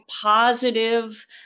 positive